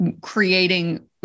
creating